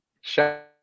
Sure